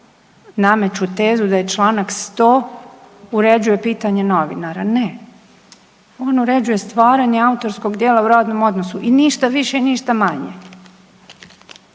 nameću tezu da čl. 100. uređuje pitanje novinara. Ne, on uređuje stvaranje autorskog djela u radnom odnosu i ništa više i ništa manje.